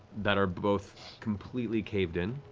that are both completely caved in.